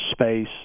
space